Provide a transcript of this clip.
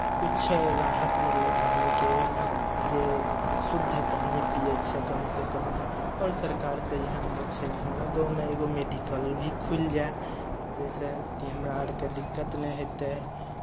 किछु राहत मिललै पानिके जे शुद्ध पानि पीयै छै कमसँ कम आओर सरकारसँ इएह माँग छै जे हमरा गाँवमे एगो मेडिकल भी खुलि जाय जाहिसँ कि हमरा आरकेँ दिक्कत नहि हेतै